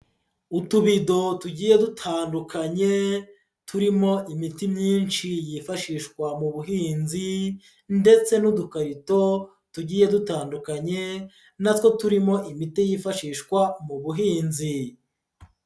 Utubido tugiye dutandukanye turimo imiti myinshi yifashishwa mu buhinzi ndetse n'udukarito tugiye dutandukanye na two turimo imiti yifashishwa mu buhinzi.